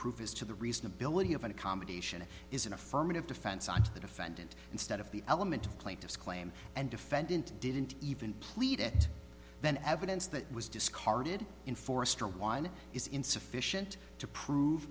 proof as to the reasonability of an accommodation it is an affirmative defense i the defendant instead of the element of plaintiff's claim and defendant didn't even plead it then evidence that was discarded in forrester one is insufficient to prove